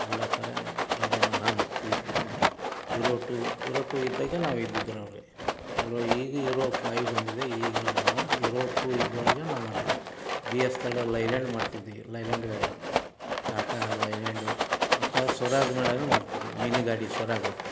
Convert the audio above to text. ಎಲ್ಲ ಥರ engine euro two euro two ಇದ್ದಾಗ ನಾವು ಇದ್ದಿದ್ದು ನೋಡಿರಿ ಯೂರೋ ಈಗ ಯೂರೋ ಫೈಯ್ ಬಂದಿದೆ ಈಗೆಲ್ಲ ನಾವು ಯೂರೋ ಟೂ ಇದ್ರ್ ಒಳಗೆ ನಾವು ಮಾಡ್ದ್ವಿ ಬಿ ಎಸ್ದೆಲ್ಲ ಲೈಲ್ಯಾಂಡ್ ಮಾಡ್ತಿದ್ವಿ ಲೈಲ್ಯಾಂಡು ಗಾಡಿ ಟಾಟಾ ಲೈಲ್ಯಾಂಡು ಮತ್ತು ಆ ಸ್ವರಾಜ್ ಮಾಡ್ತಿದ್ದರು ಮಿನಿ ಗಾಡಿ ಸ್ವರಾಜ್ ಅದು